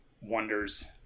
wonders